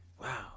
Wow